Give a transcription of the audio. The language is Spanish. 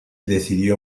decidió